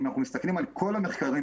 אם אנחנו מסתכלים על כל המחקרים,